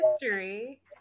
history